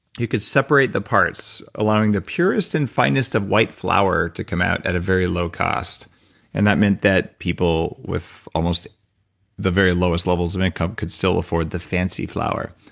you could separate the parts, allowing the purest and finest of white flour to come out at a very low cost and that meant that people with the very lowest levels of income could still afford the fancy flour.